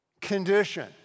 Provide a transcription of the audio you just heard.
condition